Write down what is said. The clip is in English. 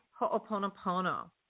Ho'oponopono